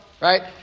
right